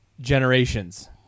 generations